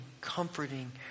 comforting